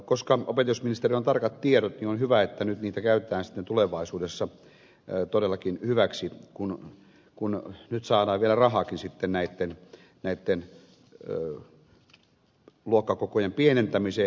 koska opetusministerillä on tarkat tiedot niin on hyvä että niitä käytetään tulevaisuudessa todellakin hyväksi kun nyt saadaan vielä rahaakin luokkakokojen pienentämiseen